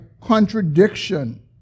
contradiction